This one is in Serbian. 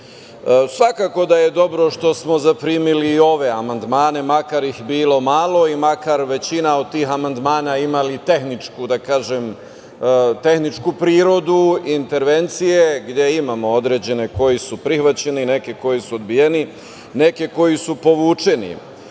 zakona. Svakako da je dobro što smo zaprimili ove amandmane, makar ih bilo malo i makar većina od tih amandmana imali tehničku prirodu intervencije, gde imamo određene koji su prihvaćeni, neke koji su odbijeni, neke koji su povučeni. Ovaj